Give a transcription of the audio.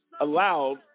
allowed